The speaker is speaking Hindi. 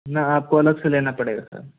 ना आपको अलग से लेना पड़ेगा सर